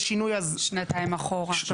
שנתיים אחורה.